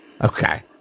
okay